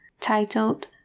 titled